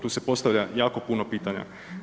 Tu se postavlja jako puno pitanja.